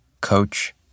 coach